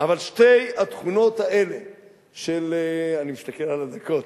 אבל שתי התכונות האלה של, אני מסתכל על הדקות.